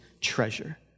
treasure